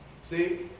See